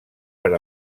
per